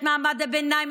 את מעמד הביניים,